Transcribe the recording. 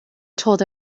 told